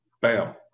bam